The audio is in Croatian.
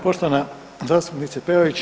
Poštovana zastupnice Peović.